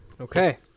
Okay